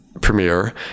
premiere